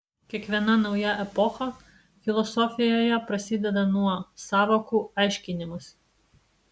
kiekviena nauja epocha filosofijoje prasideda nuo sąvokų aiškinimosi